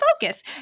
focus